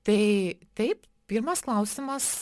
tai taip pirmas klausimas